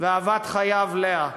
ואהבת חייו לאה.